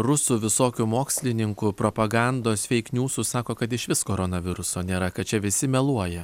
rusų visokių mokslininkų propagandos feikniūsų sako kad išvis koronaviruso nėra kad čia visi meluoja